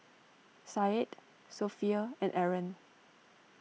Said Sofea and Aaron